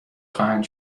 خواهند